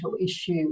issue